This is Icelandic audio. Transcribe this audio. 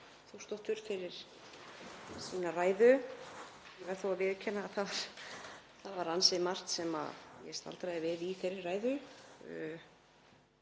Þórsdóttur fyrir sína ræðu. Ég verð þó að viðurkenna að það var ansi margt sem ég staldraði við í þeirri ræðu,